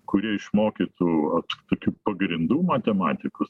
kurie išmokytų tokių pagrindų matematikos